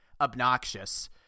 obnoxious